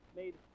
made